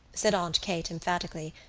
said aunt kate emphatically,